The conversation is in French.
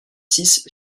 six